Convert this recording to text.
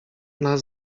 nas